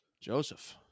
Joseph